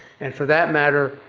and for that matter,